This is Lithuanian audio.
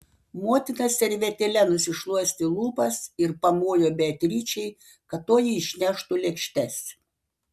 motina servetėle nusišluostė lūpas ir pamojo beatričei kad toji išneštų lėkštes